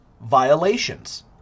violations